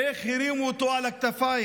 איך הרימו אותו על הכתפיים.